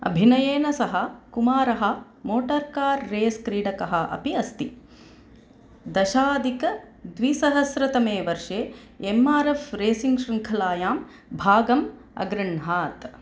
अभिनयेन सह कुमारः मोटर् कार् रेस् क्रीडकः अपि अस्ति दशाधिकद्विसहस्रतमे वर्षे एम् आर् एफ़् रेसिङ्ग् शृङ्खलायां भागम् अगृह्णात्